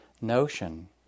notion